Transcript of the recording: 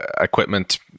equipment